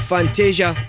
Fantasia